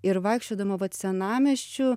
ir vaikščiodama vat senamiesčiu